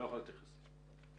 לא יכול להתייחס לזה.